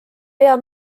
pea